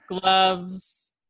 gloves